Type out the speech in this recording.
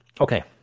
Okay